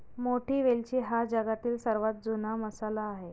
मोठी वेलची हा जगातील सर्वात जुना मसाला आहे